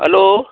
hello